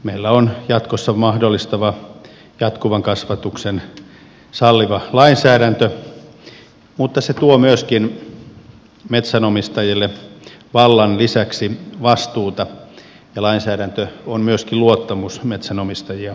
meillä on jatkossa mahdollistava jatkuvan kasvatuksen salliva lainsäädäntö mutta se tuo myöskin metsänomistajille vallan lisäksi vastuuta ja lainsäädäntö on myöskin luottamus metsänomistajia kohtaan